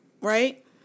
right